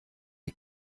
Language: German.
die